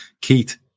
Keith